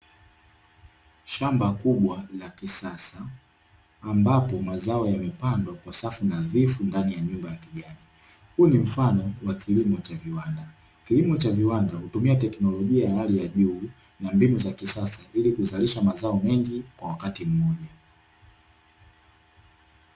Shamba kubwa la kisasa, ambapo mazao yamepandwa kwa safu nadhifu ndani ya shamba, huu ni mfano wa kilimo cha viwanda kilimo cha viwanda hutumia teknolojia ya hali ya juu na mbinu za kisasa ili kuzalisha mazao mengi kwa wakati mmoja.